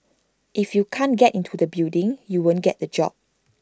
if you can't get into the building you won't get that job